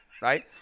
Right